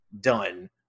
done